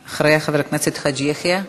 אחריה, חבר הכנסת חאג' יחיא.